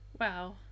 Wow